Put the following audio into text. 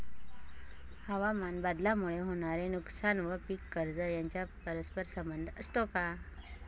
हवामानबदलामुळे होणारे नुकसान व पीक कर्ज यांचा परस्पर संबंध असतो का?